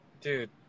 Dude